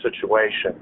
situation